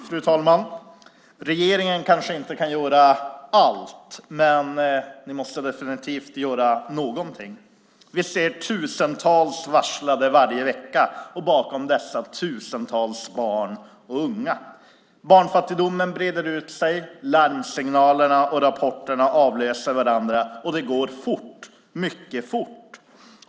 Fru talman! Regeringen kanske inte kan göra allt, men ni måste definitivt göra någonting. Vi ser tusentals människor varslas varje vecka, och bakom dessa tusentals finns barn och unga. Barnfattigdomen breder ut sig. Larmsignalerna och rapporterna avlöser varandra, och det går fort, mycket fort.